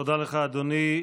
תודה לך, אדוני.